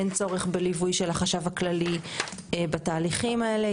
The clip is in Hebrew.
אין צורך בליווי של החשב הכללי בתהליכים האלה.